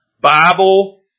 Bible